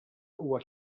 huwa